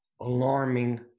alarming